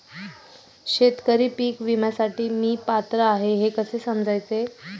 शेतकरी पीक विम्यासाठी मी पात्र आहे हे कसे समजायचे?